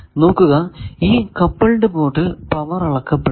നോക്കുക ഈ കപ്പിൾഡ് പോർട്ടിൽ പവർ അളക്കപ്പെടുന്നു